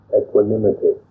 equanimity